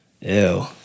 Ew